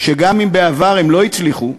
שגם אם בעבר הם לא הצליחו,